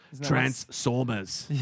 Transformers